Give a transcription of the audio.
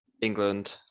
England